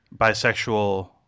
bisexual